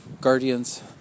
guardians